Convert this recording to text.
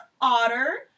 otter